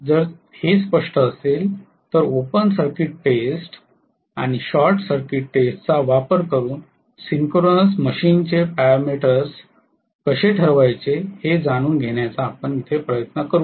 जर हे स्पष्ट असेल तर ओपन सर्किट टेस्ट आणि शॉर्ट सर्किट टेस्टचा वापर करून सिंक्रोनस मशीनचे पॅरामीटर्स कसे ठरवायचे हे जाणून घेण्याचा प्रयत्न करू या